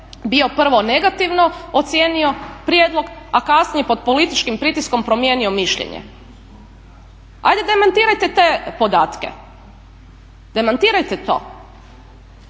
bio prvo negativno ocijenio prijedlog a kasnije pod političkim pritiskom promijenio mišljenje. Ajde demantirajte te podatke, demantirajte to.